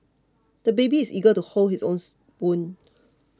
the baby is eager to hold his own spoon